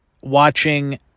watching